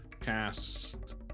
cast